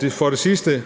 Det sidste